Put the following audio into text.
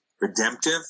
redemptive